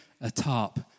atop